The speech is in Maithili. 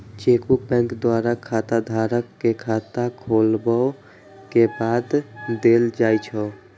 चेकबुक बैंक द्वारा खाताधारक कें खाता खोलाबै के बाद देल जाइ छै